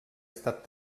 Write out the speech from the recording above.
estat